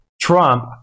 Trump